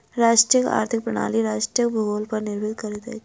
राष्ट्रक आर्थिक प्रणाली राष्ट्रक भूगोल पर निर्भर करैत अछि